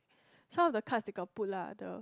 some of the cards they got put lah the